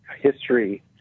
history